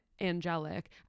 angelic